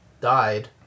died